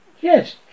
Yes